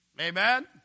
Amen